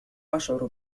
أشعر